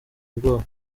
ubwoba